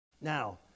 Now